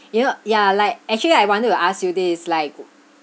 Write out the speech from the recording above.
you know ya like actually I wanted to ask you this like